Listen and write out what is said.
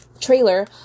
trailer